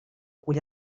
cull